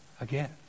again